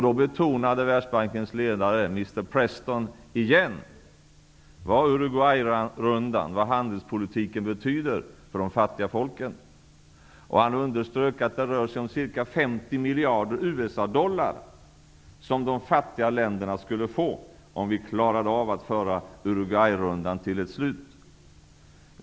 Då betonade Världsbankens ledare, Mr Preston, igen vad Uruguayrundan och handelspolitiken betyder för de fattiga folken. Han underströk att de fattiga länderna skulle få ca 50 miljarder USA-dollar om Uruguayrundan skulle föras till ett slut.